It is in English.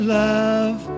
love